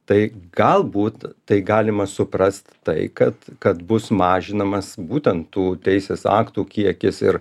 tai galbūt tai galima suprast tai kad kad bus mažinamas būtent tų teisės aktų kiekis ir